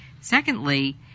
secondly